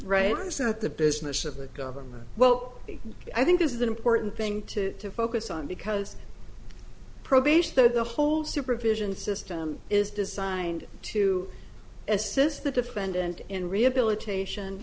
right it's not the business of the government well i think this is an important thing to focus on because probation through the whole supervision system is designed to assist the defendant in rehabilitation